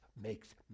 makes